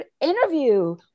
interview